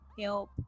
help